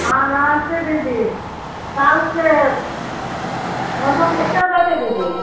हाँ नमस्ते दीदी सालके मौसम कैसन रहतै दीदी